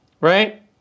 right